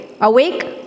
Awake